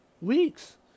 weeks